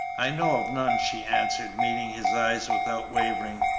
i know of none, she answered, meeting his eyes without wavering.